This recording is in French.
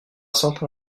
centre